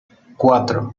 cuatro